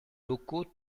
locaux